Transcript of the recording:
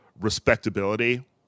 respectability